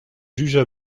jugea